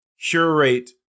curate